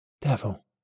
Devil